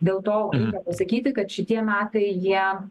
dėl to reikia pasakyti kad šitie metai jie